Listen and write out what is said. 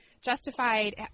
Justified